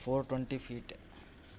four twenty feet